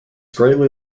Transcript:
greatly